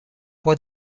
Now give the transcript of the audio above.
può